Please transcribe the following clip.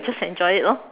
just enjoy it lor